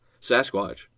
Sasquatch